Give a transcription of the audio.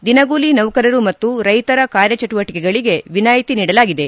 ದಿನಗೂಲಿ ನೌಕರರು ಮತ್ತು ರೈತರ ಕಾರ್ಯಚಟುವಟಿಕೆಗಳಿಗೆ ವಿನಾಯಿತಿ ನೀಡಲಾಗಿದೆ